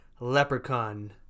Leprechaun